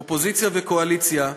אופוזיציה וקואליציה,